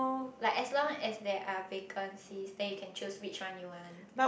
like as long as there are vacancies then you can choose which one you want